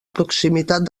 proximitat